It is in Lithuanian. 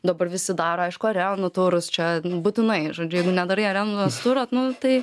dabar visi daro aišku arenų turus čia būtinai žodžiu jeigu nedarai arenos turo nu tai